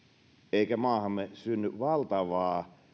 eikä maahamme synny valtavaa